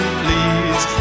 please